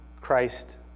Christ